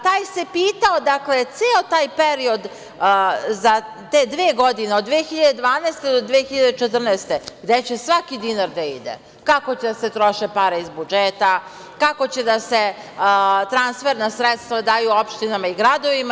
Taj se pitao, dakle, ceo taj period za te dve godine, od 2012. do 2014. godine, gde će svaki dinar da ide, kako će da se troše pare iz budžeta, kako će da se transferna sredstva daju opštinama i gradovima.